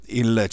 il